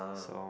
so